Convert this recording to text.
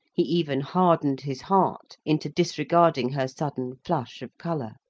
he even hardened his heart into disregarding her sudden flush of colour,